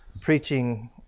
preaching